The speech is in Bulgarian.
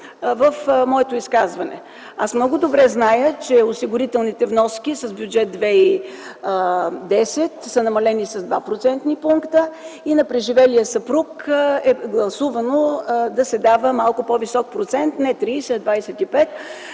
в моето изказване. Аз много добре знам, че осигурителните вноски в Бюджет 2010 са намалени с 2-процентни пункта и на преживелия съпруг е гласувано да се дава малко по-висок процент – не 30, а 25,